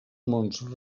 mons